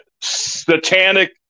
satanic